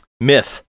myth